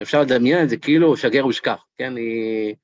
אפשר לדמיין את זה כאילו שגר ושכח, כן?